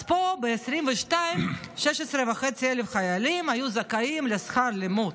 אז פה ב-2022 16,500 חיילים היו זכאים לשכר לימוד,